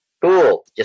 cool